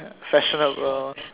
fashionable